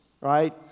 right